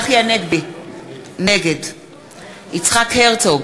נגד יצחק הרצוג,